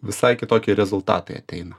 visai kitokie rezultatai ateina